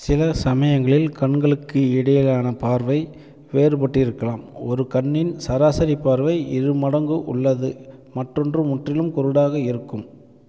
சில சமயங்களில் கண்களுக்கு இடையிலான பார்வை வேறுபட்டிருக்கலாம் ஒரு கண்ணின் சராசரி பார்வை இருமடங்கு உள்ளது மற்றொன்று முற்றிலும் குருடாக இருக்கும்